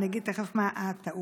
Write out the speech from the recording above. אני תכף אגיד מה הטעות.